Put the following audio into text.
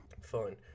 Fine